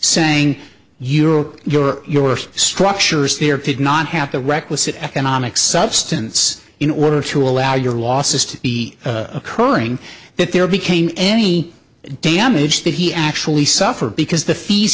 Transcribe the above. saying europe your your structures there did not have the requisite economic substance in order to allow your losses to be occurring that there became any damage that he actually suffered because the fees